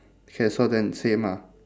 okay so then same ah